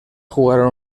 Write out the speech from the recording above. jugaron